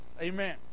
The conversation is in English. Amen